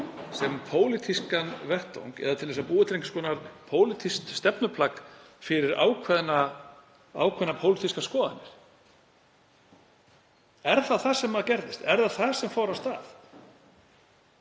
sem pólitískan vettvang eða til að búa til einhvers konar pólitískt stefnuplagg fyrir ákveðnar pólitískar skoðanir? Er það það sem gerðist? Er það það sem fór af stað?